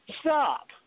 Stop